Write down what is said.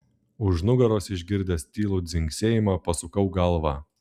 už nugaros išgirdęs tylų dzingsėjimą pasukau galvą